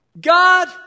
God